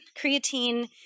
Creatine